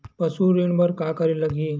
पशु ऋण बर का करे ला लगही?